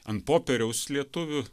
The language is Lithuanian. ant popieriaus lietuvių